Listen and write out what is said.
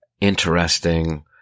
interesting